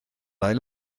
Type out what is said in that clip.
ail